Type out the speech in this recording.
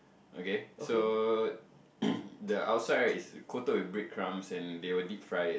okay so the outside right is coated with bread crumb and they will deep fry it